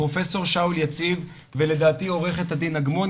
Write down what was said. פרופסור שאול יציב ולדעתי עורכת הדין אגמון,